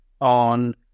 on